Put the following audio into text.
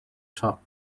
top